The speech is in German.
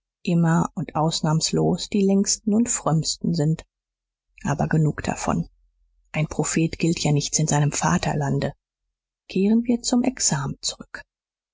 immer und ausnahmslos die längsten und frömmsten sind aber genug davon ein prophet gilt ja nichts in seinem vaterlande kehren wir zum examen zurück